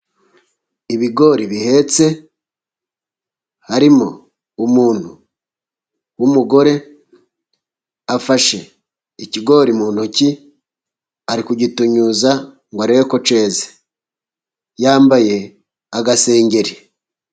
Ibigori bihetse, harimo umuntu w'umugore, afashe ikigori mu ntoki ari kugitunyuza ngo arebe ko cyeze, yambaye agasengeri.